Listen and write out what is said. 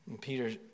Peter